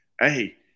hey